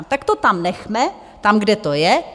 Tak to tam nechme, tam, kde to je.